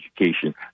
education